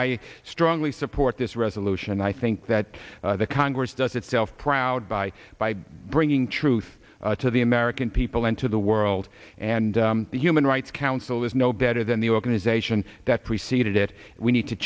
i strongly support this resolution and i think that the congress does itself proud by by bringing truth to the american people and to the world and the human rights council is no better than the organization that preceded it we need to